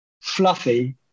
fluffy